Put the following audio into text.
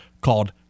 called